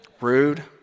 rude